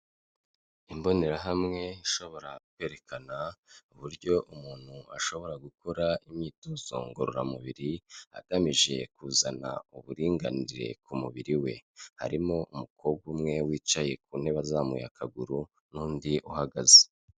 Imbonerahamwe ishobora kwerekana uburyo umuntu ashobora gukora imyitozo ngororamubiri, agamije kuzana uburinganire ku mubiri we, harimo umukobwa umwe wicaye ku ntebe azamuye akaguru n'undi uhagaze.